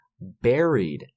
buried